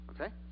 okay